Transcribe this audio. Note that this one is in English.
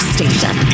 Station